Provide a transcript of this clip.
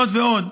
זאת ועוד,